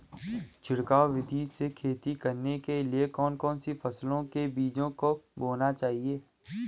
छिड़काव विधि से खेती करने के लिए कौन कौन सी फसलों के बीजों को बोना चाहिए?